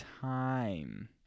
time